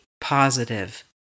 positive